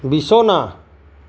বিছনা